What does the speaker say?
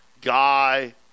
guy